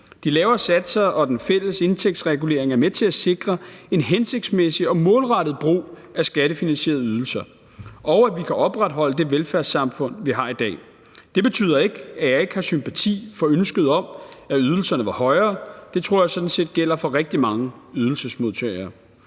De lavere satser og den fælles indtægtsregulering er med til at sikre en hensigtsmæssig og målrettet brug af skattefinansierede ydelser, og at vi kan opretholde det velfærdssamfund, vi har i dag. Det betyder ikke, at jeg ikke har sympati for ønsket om, at ydelserne var højere – det tror jeg sådan set gælder for rigtig mange ydelsesmodtagere